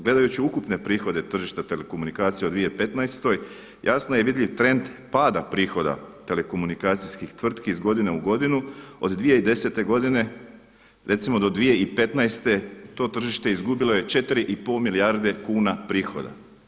Gledajući ukupne prihode tržišta telekomunikacija u 2015. jasno je vidljiv trend pada prihoda telekomunikacijskih tvrtki iz godine u godinu od 2010. godine recimo do 2015. to tržište je izgubilo 4 i pol milijarde kuna prihoda.